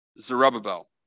Zerubbabel